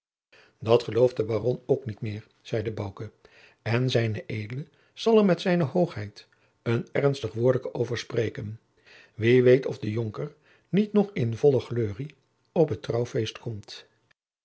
dat gelooft de baron ook niet meer zeide bouke en z ed zal er met zijne hoogheid een jacob van lennep de pleegzoon ernstig woordeke over spreken wie weet of de jonker niet nog in volle gleurie op het trouwfeest komt